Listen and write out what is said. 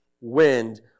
wind